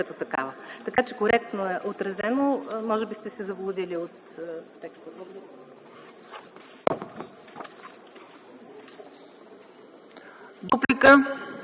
като такава. Така, че коректно е отразено, може би сте се заблудили от текста.